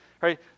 right